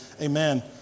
Amen